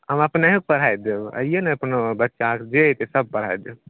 हम अपनेहे पढ़ाए देब आइए ने अपनो बच्चा जे एतै सब पढ़ाए देब